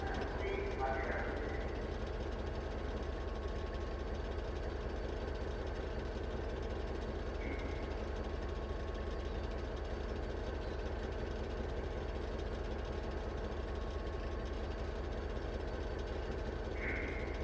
হ্যাঁ খুবই বাজে কাজ করছে হুম হুম